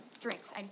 drinks